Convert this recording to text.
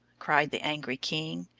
cried the angry king.